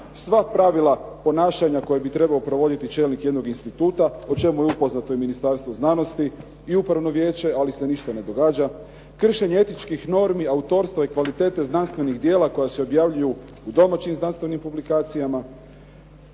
sva pravila ponašanja koja bi trebao provoditi čelnik jednog instituta o čemu je upoznato i Ministarstvo znanosti i upravno vijeće ali se ništa ne događa. Kršenje etičkih normi, autorstvo i kvalitete znanstvenih dijela koja se objavljuju u domaćim znanstvenim publikacijama,